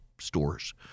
stores